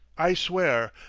i swear!